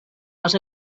les